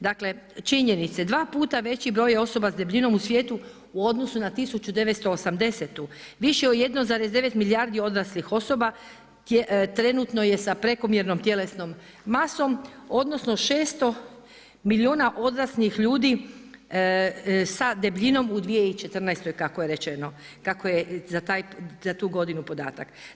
Dakle, činjenice, dva puta veći broj osoba s debljinom u svijetu u odnosu na 1980., više od 1,9 milijardi odraslih osoba trenutno je sa prekomjernom tjelesnom masom, odnosno, 600 milijuna odraslih ljudi sa debljinom u 2014. kako je rečeno, kako je za tu godinu podatak.